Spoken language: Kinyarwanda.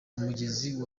umugezi